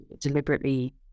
deliberately